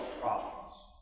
problems